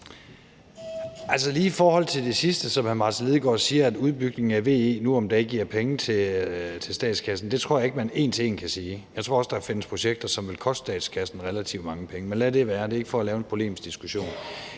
(V): Lige i forhold til det sidste, som hr. Martin Lidegaard siger, om, at udbygningen af VE nu om dage giver penge til statskassen, tror jeg ikke, man en til en kan sige det. Jeg tror også, der findes projekter, som vil koste statskassen relativt mange penge, men lad det være. Det er ikke for at lave en polemisk diskussion.